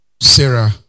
Sarah